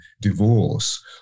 divorce